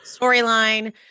storyline